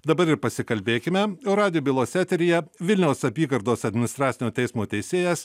dabar ir pasikalbėkime radijo bylos eteryje vilniaus apygardos administracinio teismo teisėjas